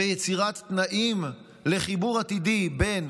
ויצירת תנאים לחיבור עתידי בין"